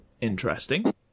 Interesting